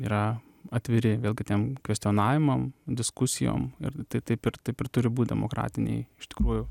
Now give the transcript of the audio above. yra atviri vėlgi tiem kvestionavimam diskusijom ir taip ir taip ir turi būti demokratinėj iš tikrųjų